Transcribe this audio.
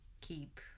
keep